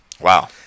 Wow